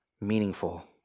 meaningful